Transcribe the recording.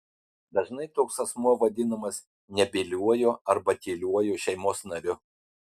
dažnai toks asmuo vadinamas nebyliuoju arba tyliuoju šeimos nariu